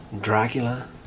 Dracula